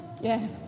Yes